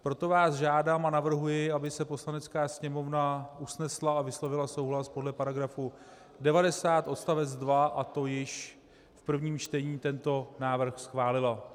Proto vás žádám a navrhuji, aby se Poslanecká sněmovna usnesla a vyslovila souhlas podle § 90 odst. 2, a to již v prvním čtení tento návrh schválila.